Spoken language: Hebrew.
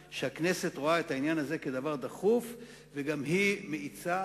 שהכנסת רואה את העניין הזה כדבר דחוף וגם היא מאיצה,